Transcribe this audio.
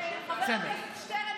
חבר הכנסת שטרן,